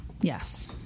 Yes